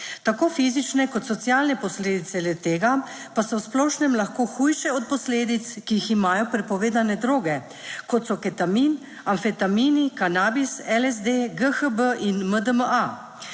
Tako fizične kot socialne posledice le tega, pa so v splošnem lahko hujše od posledic, ki jih imajo prepovedane droge. Kot so ketamin, amfetamini, kanabis, LSD, GHB in MDMA.